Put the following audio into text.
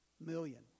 million